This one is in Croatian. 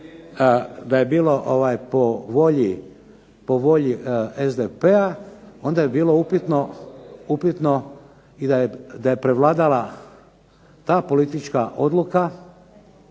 da je bilo po volji SDP-a onda je bilo upitno da je prevladala ta politička odluka